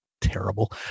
terrible